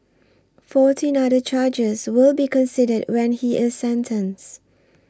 fourteen other charges will be considered when he is sentenced